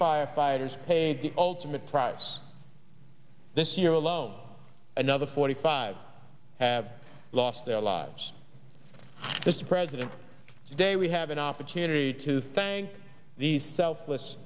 firefighters paid the ultimate prize this year alone another forty five have lost their lives mr president today we have an opportunity to thank these selfless